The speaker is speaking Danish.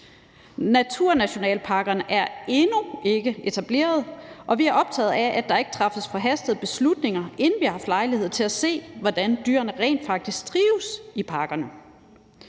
Naturnationalparkerne er endnu ikke etableret, og vi er optaget af, at der ikke træffes forhastede beslutninger, inden vi har haft lejlighed til at se, hvordan dyrene rent faktisk trives i parkerne.